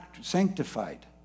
sanctified